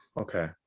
Okay